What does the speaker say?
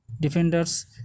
defenders